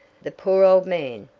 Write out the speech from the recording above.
the poor old man!